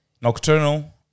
nocturnal